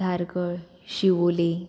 Dhargal Siolim